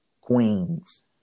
Queens